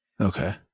Okay